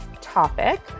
topic